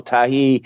Tahi